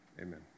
Amen